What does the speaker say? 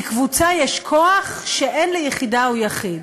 לקבוצה יש כוח שאין ליחידה או יחיד.